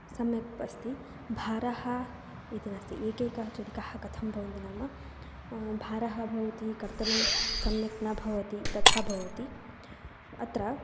सम्यक् प् अस्ति भारः इति नास्ति एकैका छुरिका कथं भवति नाम भारः भवति कर्तनं सम्यक् न भवति तथा भवति अत्र